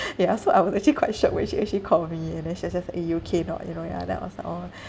ya so I was actually quite shocked when she actually called me and then she was just like eh you okay or not you know ya then I was like orh